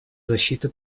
защиты